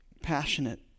passionate